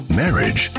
marriage